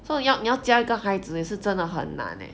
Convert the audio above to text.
so 你要教一个孩子也是真的很难 eh